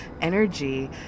energy